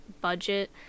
budget